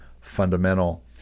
fundamental